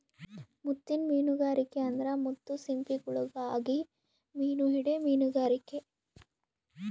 ಮುತ್ತಿನ್ ಮೀನುಗಾರಿಕೆ ಅಂದ್ರ ಮುತ್ತು ಸಿಂಪಿಗುಳುಗಾಗಿ ಮೀನು ಹಿಡೇ ಮೀನುಗಾರಿಕೆ